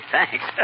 Thanks